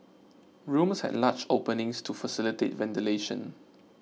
rooms had large openings to facilitate ventilation